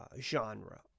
genre